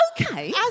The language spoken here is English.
Okay